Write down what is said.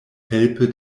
helpe